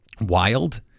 wild